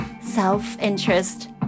self-interest